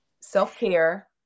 Self-care